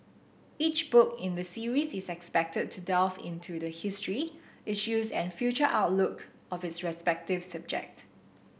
each book in the series is expected to delve into the history issues and future outlook of its respective subject